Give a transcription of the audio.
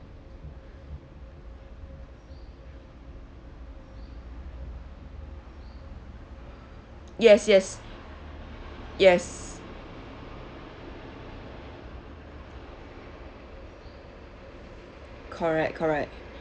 yes yes yes correct correct